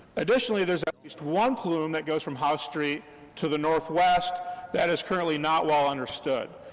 additionally, there's at least one plume that goes from house street to the northwest that is currently not well understood.